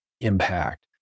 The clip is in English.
impact